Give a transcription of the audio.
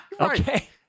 Okay